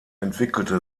entwickelte